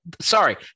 sorry